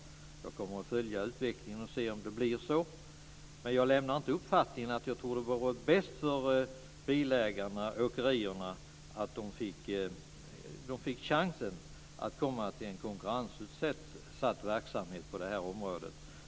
Jag kommer att följa utvecklingen och se om det blir så. Jag lämnar inte uppfattningen att jag tror att det vore bäst för bilägarna och åkerierna om de fick chansen att komma till en konkurrensutsatt verksamhet på det här området.